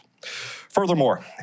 Furthermore